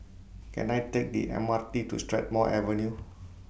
Can I Take The M R T to Strathmore Avenue